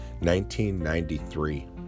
1993